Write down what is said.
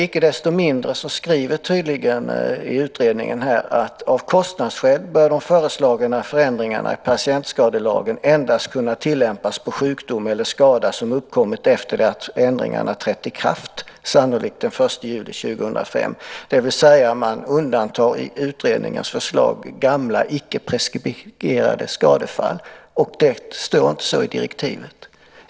Icke desto mindre skriver utredningen att av kostnadsskäl bör de föreslagna förändringarna i patientskadelagen endast kunna tillämpas på sjukdom eller skada som uppkommit efter det att ändringarna trätt i kraft, sannolikt den 1 juli 2005. Man undantar alltså i utredningens förslag gamla, icke preskriberade skadefall, och det står inte så i direktivet.